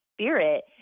spirit